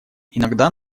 иногда